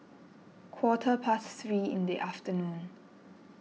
quarter past three in the afternoon